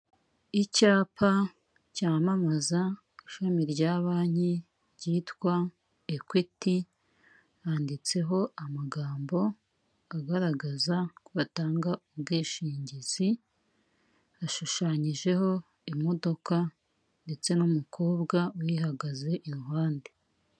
Icyapa cyamamaza ishami rya banki ryitwa Ekwiti, handitseho amagambo agaragaza ko batanga ubwishingizi, hashushanyijeho imodoka ndetse n'umukobwa uyihagaze iruhande.